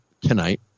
tonight